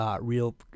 real